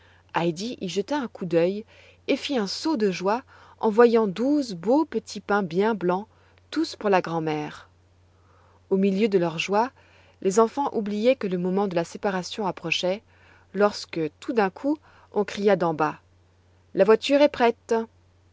y jeta un coup d'œil et fit un saut de joie en voyant douze beaux petits pains bien blancs tous pour la grand'mère au milieu de leur joie les enfants oubliaient que le moment de la séparation approchait lorsque tout d'un coup on cria d'en bas la voiture est prête